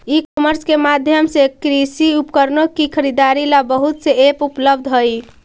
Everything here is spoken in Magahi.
ई कॉमर्स के माध्यम से कृषि उपकरणों की खरीदारी ला बहुत से ऐप उपलब्ध हई